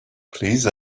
please